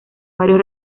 varios